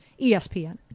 ESPN